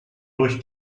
durch